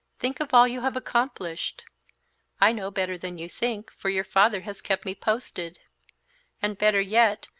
think of all you have accomplished i know better than you think, for your father has kept me posted and better yet,